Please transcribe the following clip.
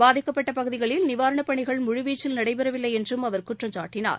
பாதிக்கப்பட்டபகுதிகளில் நிவாரணப் பணிகள் முழுவீச்சில் நடைபெறவில்லைஎன்றும் அவர் குற்றம் சாட்டனார்